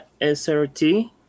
SRT